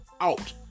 out